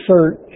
search